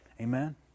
Amen